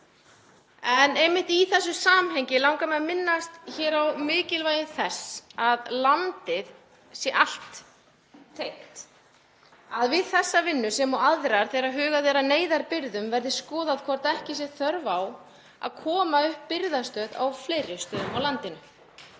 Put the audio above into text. En einmitt í þessu samhengi langar mig að minnast hér á mikilvægi þess að landið sé allt tengt, að við þessa vinnu sem og annað, þegar hugað er að neyðarbirgðum, verði skoðað hvort ekki sé þörf á að koma upp birgðastöð á fleiri stöðum á landinu.